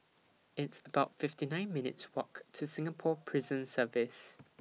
It's about fifty nine minutes' Walk to Singapore Prison Service